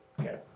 Okay